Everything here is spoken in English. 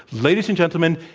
ladies and gentlemen,